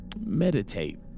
Meditate